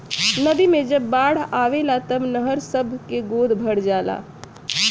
नदी मे जब बाढ़ आवेला तब नहर सभ मे गाद भर जाला